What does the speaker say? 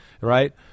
right